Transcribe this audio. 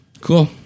Cool